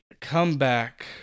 comeback